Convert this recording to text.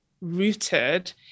rooted